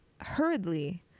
hurriedly